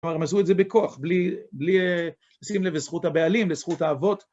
כלומר, הם עשו את זה בכוח, בלי לשים לב לזכות הבעלים, לזכות האבות.